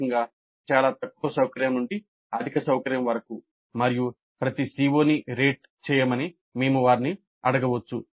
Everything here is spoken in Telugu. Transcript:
ప్రాథమికంగా చాలా తక్కువ సౌకర్యం నుండి అధిక సౌకర్యం వరకు మరియు ప్రతి CO ని రేట్ చేయమని మేము వారిని అడగవచ్చు